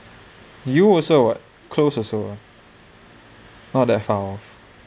you also what close also what not that far off